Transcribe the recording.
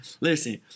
Listen